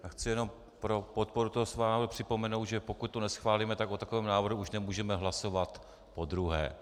A chci jenom pro podporu toho schválení připomenout, že pokud to neschválíme, tak o takovém návrhu už nemůžeme hlasovat podruhé.